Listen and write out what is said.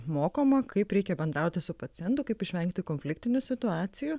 mokoma kaip reikia bendrauti su pacientu kaip išvengti konfliktinių situacijų